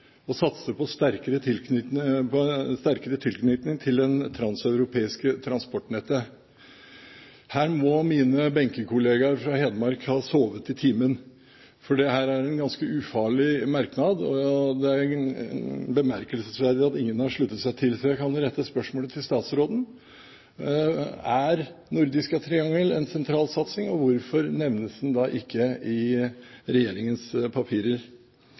satse på sterkere tilknytning til det transeuropeiske transportnettet. Her må mine benkekollegaer fra Hedmark ha sovet i timen, for dette er en ganske ufarlig merknad, og det er bemerkelsesverdig at ingen har sluttet seg til. Så jeg kan jo rette spørsmålet til statsråden: Er det nordiske triangel en sentral satsing, og hvorfor nevnes den da ikke i regjeringens papirer?